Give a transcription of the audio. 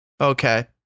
Okay